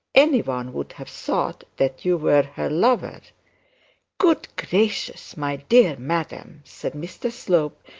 any one would have thought that you were her lover good gracious, my dear madam said mr slope,